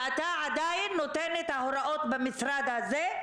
ואתה עדיין נותן את ההוראות במשרד הזה,